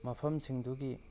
ꯃꯐꯝꯁꯤꯡꯗꯨꯒꯤ